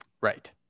right